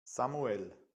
samuel